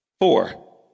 four